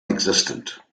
existent